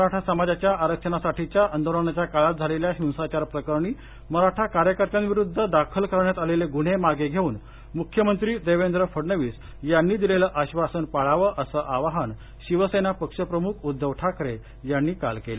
मराठा मराठा समाजाच्या आरक्षणासाठीच्या आंदोलनाच्या काळात झालेल्या हिंसाचारप्रकरणी मराठा कार्यकर्त्याविरुद्ध दाखल करण्यात आलेले गुन्हे मागे घेऊन मुख्यमंत्री देवेंद्र फडणवीस यांनी दिलेलं आधासन पाळावं असं आवाहन शिवसेना पक्ष प्रमुख उद्धव ठाकरे यांनी काल केलं